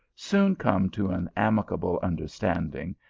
soon come to an amicable understanding,